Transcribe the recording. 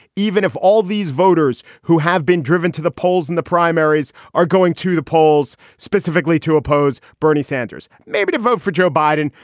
even if all these voters who have been driven to the polls in the primaries are going to the polls specifically to oppose bernie sanders. maybe to vote for joe biden.